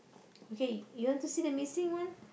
okay you want to see the missing one